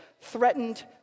threatened